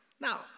Now